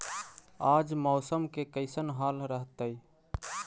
आज मौसम के कैसन हाल रहतइ?